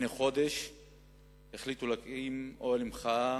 לפני חודש החליטו להקים אוהל מחאה